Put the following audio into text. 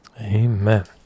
Amen